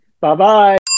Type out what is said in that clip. Bye-bye